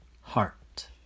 Heart